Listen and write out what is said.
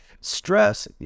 Stress